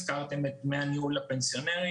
הזכרתם את דמי הניהול לפנסיונרים,